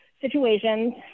situations